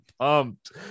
pumped